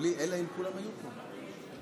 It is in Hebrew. אלא אם כן האופוזיציה והקואליציה יסכימו על כך.